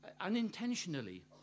unintentionally